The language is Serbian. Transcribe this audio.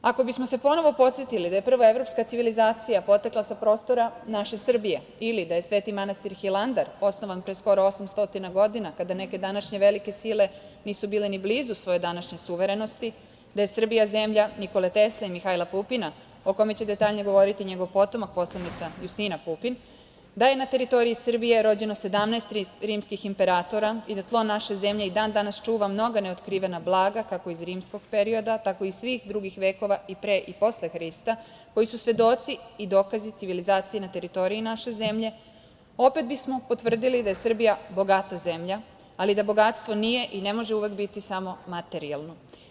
Ako bismo se ponovo podsetili da je prva evropska civilizacija potekla sa prostora naše Srbije ili da ili da je sveti manastir Hilandar osnovan pre skoro 800 godina kada neke današnje velike sile nisu bile ni blizu svoje današnje suverenosti, da je Srbija zemlja Nikole Teske, Mihajla Pupina o kome će detaljnije govoriti njegov potomak, poslanica Justina Pupin, da je na teritoriji Srbije rođeno 17 rimskih imperatora i da tlo naše zemlje i dan-danas čuva mnoga neotkrivena blaga, kako iz rimskog perioda, tako i iz svih drugih vekova pre i posle Hrista, koji su svedoci i dokazi civilizacije na teritoriji naše zemlje, opet bi smo potvrdili da je Srbija bogata zemlja, ali da bogatstvo nije i ne može uvek biti samo materijalno.